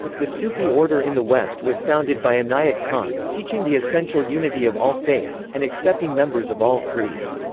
the sufi order in the west was founded by inayat khan, teaching the essential unity of all faiths, and accepting members of all creeds.